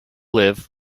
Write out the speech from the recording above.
live